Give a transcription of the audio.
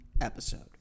episode